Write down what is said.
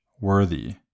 worthy